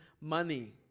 money